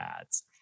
ads